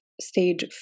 stage